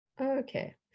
Okay